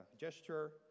gesture